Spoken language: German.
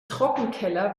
trockenkeller